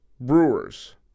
Brewers